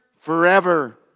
forever